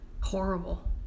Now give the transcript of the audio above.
Horrible